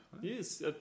Yes